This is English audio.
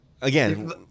Again